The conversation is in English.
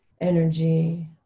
energy